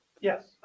Yes